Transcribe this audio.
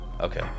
Okay